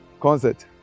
Concert